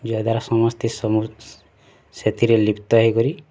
ଯାହାଦ୍ଵାରା ସମସ୍ତେ ସେଥିରେ ଲିପ୍ତ ହୋଇକରି